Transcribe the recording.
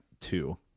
two